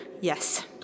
Yes